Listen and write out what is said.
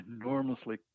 Enormously